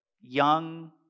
young